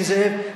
נסים זאב,